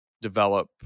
develop